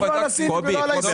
תסמוך לא על הסיני ולא על הישראלי.